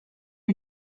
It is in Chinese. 重点